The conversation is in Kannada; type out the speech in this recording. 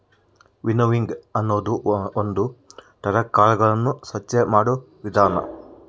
ವಿನ್ನೋವಿಂಗ್ ಅನ್ನೋದು ಒಂದ್ ತರ ಕಾಳುಗಳನ್ನು ಸ್ವಚ್ಚ ಮಾಡೋ ವಿಧಾನ